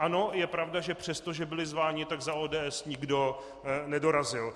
Ano, je pravda, že přestože byli zváni, tak za ODS nikdo nedorazil.